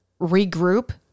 regroup